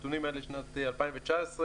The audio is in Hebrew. הנתונים האלה לשנת 2019,